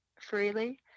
freely